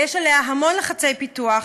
ויש לגביה המון לחצי פיתוח.